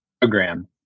program